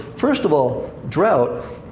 first of all, drought.